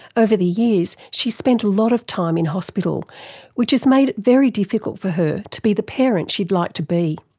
over the years she's spent a lot of time in hospital which has made it very difficult for her to be the parent she'd like to be.